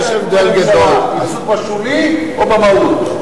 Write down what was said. יש הבדל גדול, עיסוק בשולי או במהות?